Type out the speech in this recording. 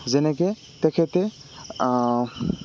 যেনেকে তেখেতে